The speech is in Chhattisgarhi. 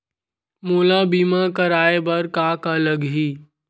मोला बीमा कराये बर का का लगही?